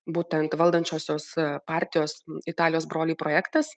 būtent valdančiosios partijos italijos broliai projektas